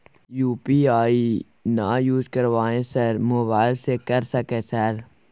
UPI ना use करवाएं sir mobile से कर सके सर?